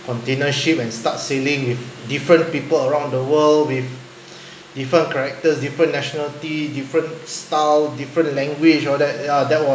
container ship and start sailing with different people around the world with different characters different nationality different style different language all that ya that was